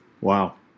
Wow